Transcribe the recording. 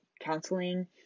counseling